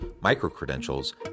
micro-credentials